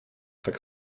tak